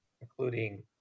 including